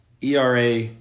ERA